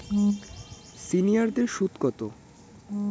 সিনিয়ারদের সুদ কত?